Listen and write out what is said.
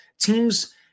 teams